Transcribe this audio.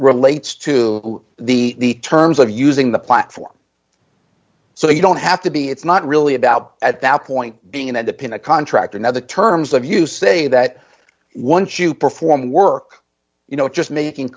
relates to the terms of using the platform so you don't have to be it's not really about at that point being that the pin a contractor now the terms of you say that once you perform work you know just making